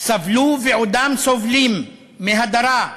סבלו ועודם סובלים מהדרה,